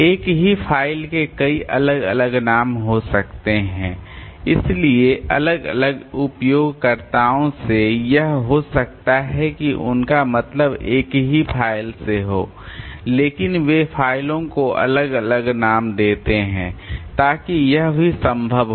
एक ही फ़ाइल के कई अलग अलग नाम हो सकते हैं इसलिए अलग अलग उपयोगकर्ताओं से यह हो सकता है कि उनका मतलब एक ही फ़ाइल से हो लेकिन वे फ़ाइलों को अलग अलग नाम देते हैं ताकि यह भी संभव हो